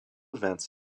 events